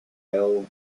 isle